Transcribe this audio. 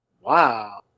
wow